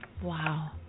Wow